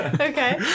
Okay